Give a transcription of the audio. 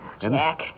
Jack